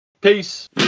Peace